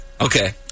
Okay